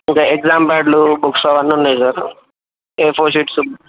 ఇంకా ఎగ్జామ్ ప్యాడ్లు బుక్స్ అవన్నీ ఉన్నాయి సార్ ఏ ఫోర్ షీట్స్